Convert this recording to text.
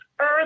earth